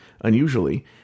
unusually